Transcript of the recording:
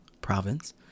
province